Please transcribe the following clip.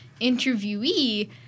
interviewee